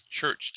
Church